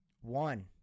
one